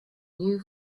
new